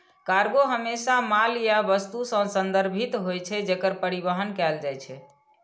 cargo हमेशा माल या वस्तु सं संदर्भित होइ छै, जेकर परिवहन कैल जाइ छै